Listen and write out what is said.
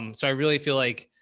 um so i really feel like,